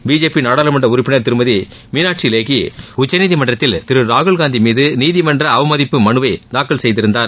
BJP நாடாளுமன்ற உறுப்பினர் திருமதி மீனாட்சி லேக்கி உச்சநீதிமன்றத்தில் திரு ராகுல் காந்தி மீது நீதிமன்ற அவமதிப்பு மனுவைத் தாக்கல் செய்திருந்தார்